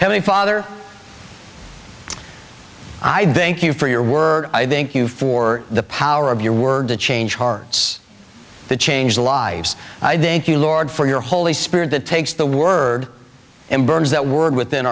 heavenly father i thank you for your words i think you for the power of your word to change hearts to change the lives i thank you lord for your holy spirit that takes the word and burns that word within